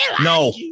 No